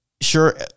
sure